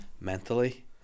mentally